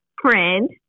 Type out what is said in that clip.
friend